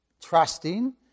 Trusting